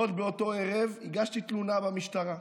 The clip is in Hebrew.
עוד באותו ערב הגשתי תלונה במשטרה.